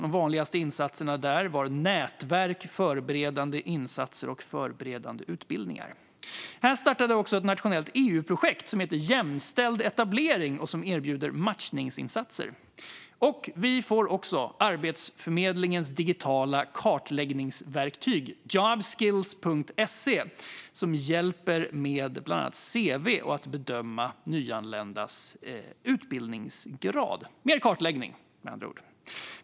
De vanligaste insatserna där var nätverk, förberedande insatser och förberedande utbildningar. Då startade också ett nationellt EU-projekt för jämställd etablering som erbjuder matchningsinsatser. Vi fick Arbetsförmedlingens digitala kartläggningsverktyg jobbskills.se, som hjälper till med bland annat cv och att bedöma den nyanländas utbildningsgrad - mer kartläggning med andra ord.